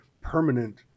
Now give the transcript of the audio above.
permanent